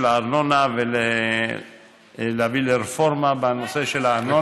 הארנונה ולהביא לרפורמה בנושא של הארנונה.